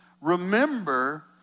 Remember